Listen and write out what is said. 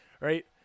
right